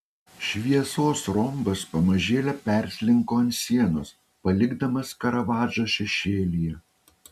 šviesos rombas pamažėle perslinko ant sienos palikdamas karavadžą šešėlyje